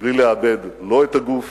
בלי לאבד לא את הגוף